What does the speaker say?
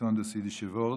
העיתון "דאס אידישע ווארט",